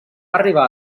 arribà